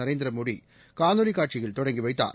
நரேந்திர மோடி காணொலி காட்சியில் தொடங்கி வைத்தார்